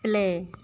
play